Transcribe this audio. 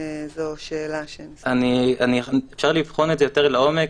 זו שאלה --- אפשר לבחון את זה יותר לעומק.